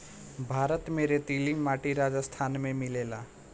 भारत में रेतीली माटी राजस्थान में मिलेला